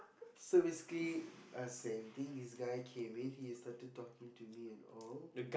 so basically uh same thing this guy came in he started talking to me and all